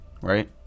right